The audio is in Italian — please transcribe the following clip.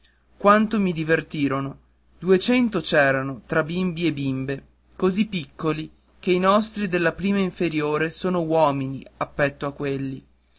quanto mi divertirono duecento c'erano tra bimbi e bimbe così piccoli che i nostri della prima inferiore sono uomini appetto a quelli